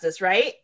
right